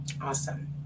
Awesome